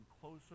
closer